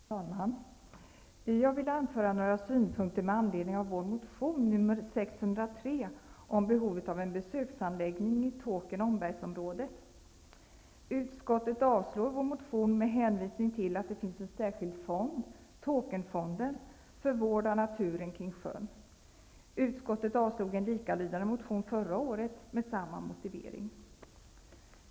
Herr talman! Jag vill anföra några synpunkter med anledning av vår motion nr 603 om behovet av en besöksanläggning i Tåkern-Ombergsområdet. Utskottet avslår vår motion med hänvisning till att det finns en särskild fond, Tåkernfonden, för vård av naturen kring sjön. Utskottet avslog en likalydande motion förra året med samma motivering.